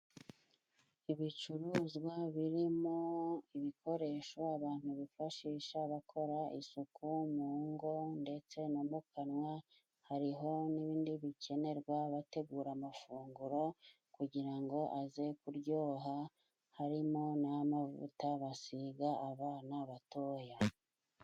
Ibicuruzwa birimo ibikoresho abantu bifashisha bakora isuku mu ngo ndetse na mu kanwanywa. Hariho n'ibindi bikenerwa abategura amafunguro kugira ngo aze kuryoha, harimo n'amavuta basiga abana batoya.